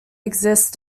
exist